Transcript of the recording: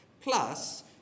Plus